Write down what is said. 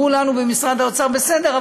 אמרו לנו במשרד האוצר: בסדר,